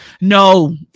no